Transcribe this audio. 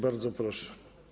Bardzo proszę.